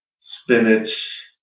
spinach